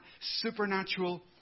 supernatural